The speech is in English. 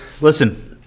Listen